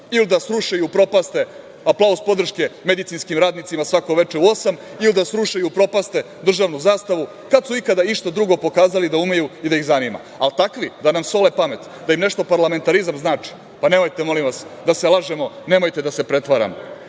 ili da sruše i upropaste aplauz podrške medicinskim radnicima svako veče u osam ili da sruše i upropaste državnu zastavu. Kada su ikada išta drugo pokazali da umeju i da ih zanima? Ali takvi da nam sole pamet da im nešto parlamentarizam znači, pa nemojte, molim vas, da se lažemo, nemojte da se pretvaramo.I